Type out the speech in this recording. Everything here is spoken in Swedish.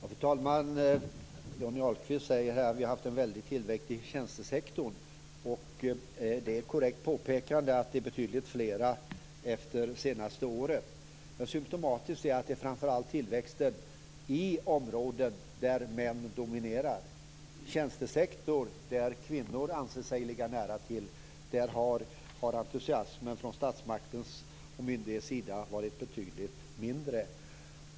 Fru talman! Johnny Ahlqvist säger att vi har haft en väldig tillväxt i tjänstesektorn. Det är ett korrekt påpekande att den är betydligt större efter de senaste åren. Men symtomatiskt är att det framför allt sker tillväxt på områden där män dominerar. Vad gäller de delar av tjänstesektorn som kvinnor anser sig stå nära har entusiasmen från statsmaktens och myndigheternas sida varit betydligt mindre.